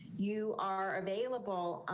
you are available.